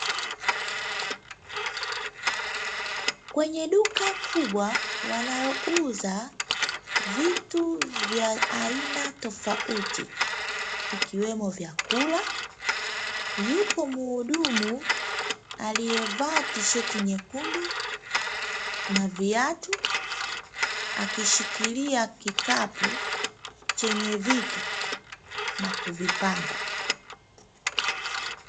Kwenye duka kubwa wanalouza vitu vya aina tofauti, kiwemo vyakula. Yuko mhudumu aliyevaa tisheti nyekundu na viatu, akishikilia kikapu chenye vitu na kuvipanga.